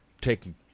taking